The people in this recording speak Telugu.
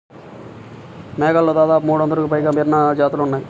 మేకలలో దాదాపుగా మూడొందలకి పైగా విభిన్న జాతులు ఉన్నాయి